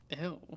Ew